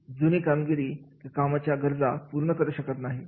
जुनी कामगिरी कामाच्या गरजा पूर्ण करू शकत नाही